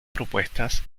propuestas